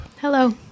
Hello